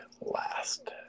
last